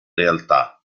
realtà